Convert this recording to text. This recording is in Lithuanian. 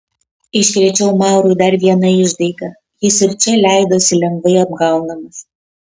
iškrėčiau maurui dar vieną išdaigą jis ir čia leidosi lengvai apgaunamas